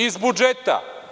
Iz budžeta.